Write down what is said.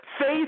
Faith